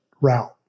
route